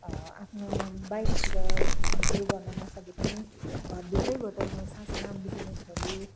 आफ्नो बाहिरतिर हिँडडुल गर्नु नसके पनि घरभित्रैबाट म सानसाना बिजनेसहरू